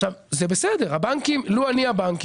עכשיו, זה בסדר, הבנקים, לו אני הבנקים,